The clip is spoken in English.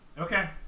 Okay